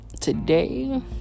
Today